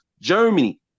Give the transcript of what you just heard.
Germany